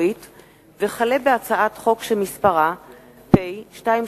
הצעת חוק העונשין (תיקון,